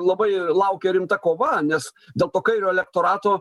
labai laukia rimta kova nes dėl to kairio elektorato